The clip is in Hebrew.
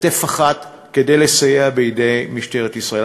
כתף אחת, כדי לסייע בידי משטרת ישראל.